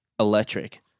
Electric